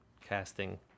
casting